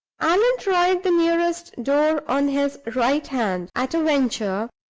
allan tried the nearest door on his right hand at a venture,